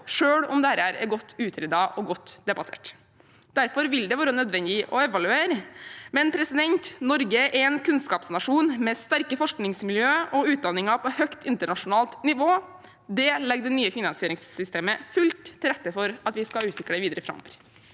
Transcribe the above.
selv om dette er godt utredet og godt debattert. Derfor vil det være nødvendig å evaluere. Men Norge er en kunnskapsnasjon med sterke forskningsmiljø og utdanninger på høyt internasjonalt nivå. Det legger det nye finansieringssystemet fullt til rette for at vi skal utvikle videre framover.